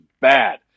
bad